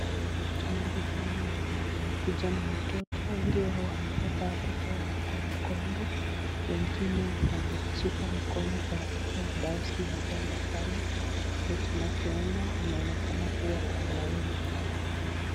Watu wengi sana ambao wamekuja na watoto ,wengi wao wamebeba watoto wao kwa mgongo ,wengine wameshika mkono kwa watoto ambao si wachanga sana, ndio tunavyoona wanaonekana kuwa kwa laini.